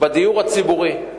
לדיור הציבורי.